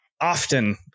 often